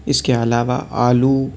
اِس کے علاوہ آلو